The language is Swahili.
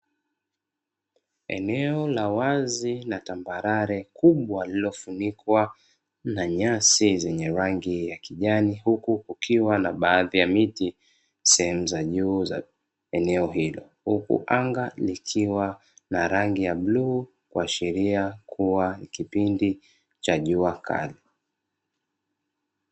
Eneo la wazi la tambarare kubwa lililofunikwa na nyasi zenye rangi ya kijani, huku kukiwa na baadhi ya miti sehemu ya juu ya eneo hilo huku anga likiwa la rangi ya bluu kuashiria kuwa kipindi cha jua kali.